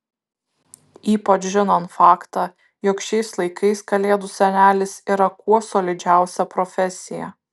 ypač žinant faktą jog šiais laikais kalėdų senelis yra kuo solidžiausia profesija